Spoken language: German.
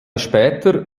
später